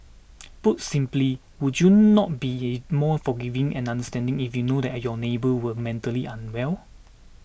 put simply would you not be more forgiving and understanding if you knew that your neighbour was mentally unwell